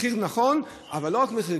מחיר נכון, אבל לא רק מחיר.